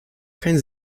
keinen